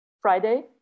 Friday